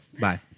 bye